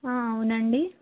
అవునండి